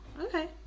okay